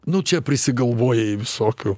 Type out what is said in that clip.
nu čia prisigalvojai visokių